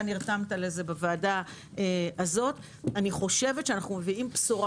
נרתמת לזה בוועדה הזאת אני חושבת שאנחנו מביאים בשורה